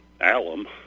Alum